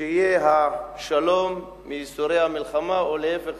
קשיי השלום מייסורי המלחמה, או להיפך,